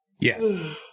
Yes